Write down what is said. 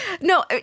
No